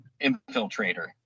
infiltrator